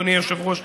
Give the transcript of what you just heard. אדוני היושב-ראש,